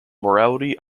morality